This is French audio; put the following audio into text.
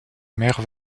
mère